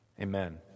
Amen